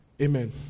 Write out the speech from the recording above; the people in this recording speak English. Amen